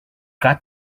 got